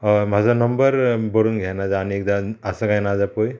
हय म्हाजो नंबर बरोवन घे नाजा आनी एकदां आसा काय ना जाल्यार पय